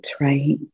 Right